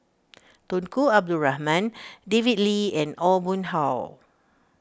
Tunku Abdul Rahman David Lee and Aw Boon Haw